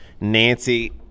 nancy